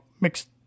mixed